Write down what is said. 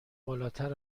بالاتر